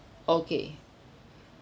okay